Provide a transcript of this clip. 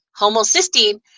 Homocysteine